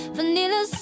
Vanilla